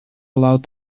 allowed